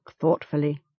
thoughtfully